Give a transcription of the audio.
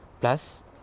Plus